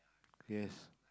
yes